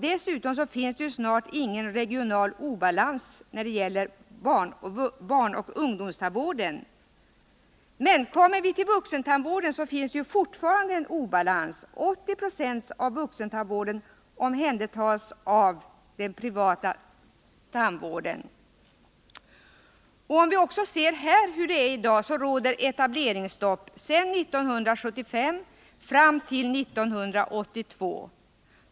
Dessutom finns det snart ingen regional obalans när det gäller barnoch ungdomstandvården. Inom vuxentandvården finns det fortfarande en obalans. 80 7 av vuxentandvården omhänderhas av privattandläkare. Sedan 1975 råder etableringsstopp fram till 1982.